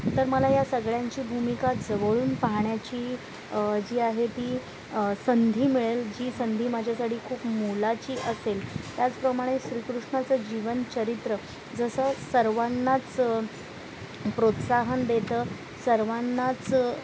तर मला या सगळ्यांची भूमिका जवळून पाहण्याची जी आहे ती संधी मिळेल जी संधी माझ्यासाठी खूप मोलाची असेल त्याचप्रमाणे श्रीकृष्णाचं जीवन चरित्र जसं सर्वांनाच प्रोत्साहन देतं सर्वांनाच